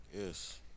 Yes